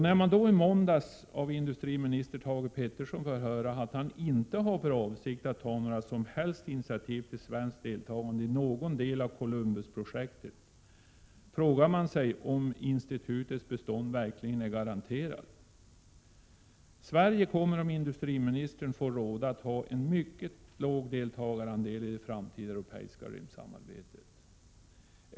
När man då i måndags av industriminister Thage Peterson fått höra att han inte har för avsikt att ta några som helst initiativ till ett svenskt deltagande i någon del av Columbusprojektet, frågar man sig därför om institutets bestånd verkligen är garanterat. Sverige kommer om industriministern får råda att ha en mycket låg deltagarandel i det framtida europeiska rymdsamarbetet.